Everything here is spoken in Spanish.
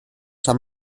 han